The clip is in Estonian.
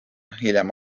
hiljem